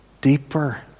deeper